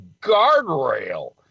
guardrail